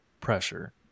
pressure